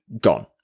gone